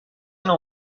نوع